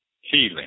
healing